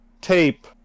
tape